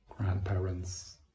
grandparents